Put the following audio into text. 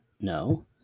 No